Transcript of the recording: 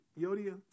Yodia